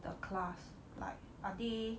a class like are they